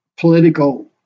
political